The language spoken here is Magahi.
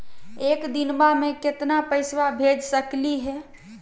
एक दिनवा मे केतना पैसवा भेज सकली हे?